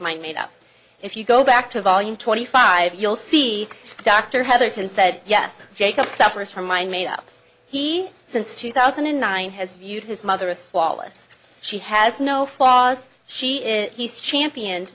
mind made up if you go back to volume twenty five you'll see dr heather ten said yes jacob suffers from mind made up he since two thousand and nine has viewed his mother is flawless she has no flaws she is he's champion